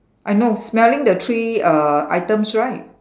I know smelling the three uh items right